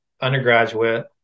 undergraduate